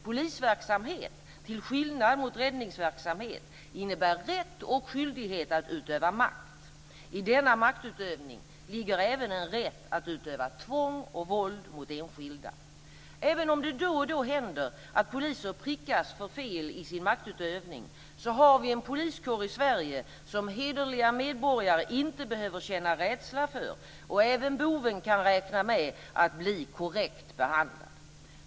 Polisverksamhet, till skillnad från räddningsverksamhet, innebär rätt och skyldighet att utöva makt. I denna maktutövning ligger även en rätt att utöva tvång och våld mot enskilda. Även om det då och då händer att poliser prickas för fel i sin maktutövning, så har vi en poliskår i Sverige som hederliga medborgare inte behöver känna rädsla för, och även boven kan räkna med att bli korrekt behandlad.